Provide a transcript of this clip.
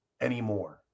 anymore